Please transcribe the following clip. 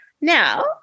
Now